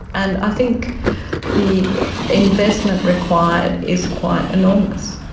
and i think the investment required is quite enormous.